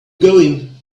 going